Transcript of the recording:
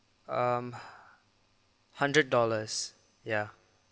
um hundred dollars ya